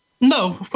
No